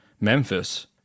Memphis